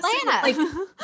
Atlanta